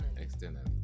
Externally